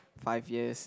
five years